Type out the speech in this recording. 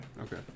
Okay